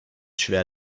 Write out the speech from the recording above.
schwer